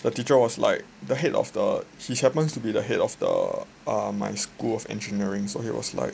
the teacher was like the head of the he happens to be the head of the err my school of engineering so he was like